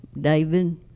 David